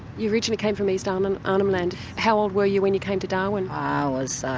you originally came from east um and arnhem land, how old were you when you came to darwin? i was